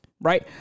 right